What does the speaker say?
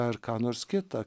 ar ką nors kita